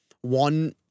one